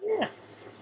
Yes